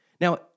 Now